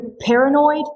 paranoid